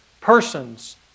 persons